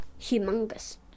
Humongous